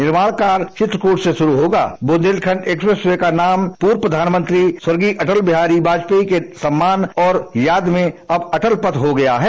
निमाण कार्य चित्रकूट से शुरू होगा बुन्देलखण्ड एक्स्प्रेसवे का नाम पूर्व प्रधानमंत्री अटल बिहारी बाजपेयी के सम्मान और याद में अब अटल पथ हो गया है